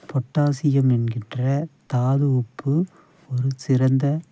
potassium என்கின்ற தாது உப்பு ஒருச் சிறந்த